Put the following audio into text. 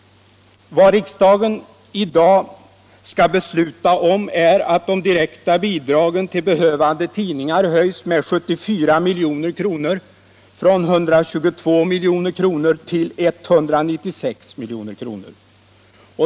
Vad riksdagen i dag skall besluta om är att de direkta bidragen till behövande tidningar höjs med 74 milj.kr., dvs. från 122 till 196 milj.kr.